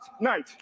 night